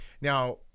now